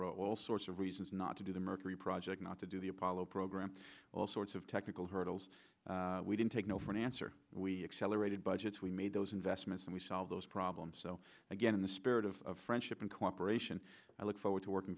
were all sorts of reasons not to do the mercury project not to do the apollo program all sorts of technical hurdles we didn't take no for an answer we accelerated budgets we made those investments and we solve those problems so again in the spirit of friendship and cooperation i look forward to working